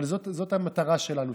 אבל זאת המטרה שלנו,